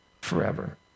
forever